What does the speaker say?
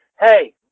hey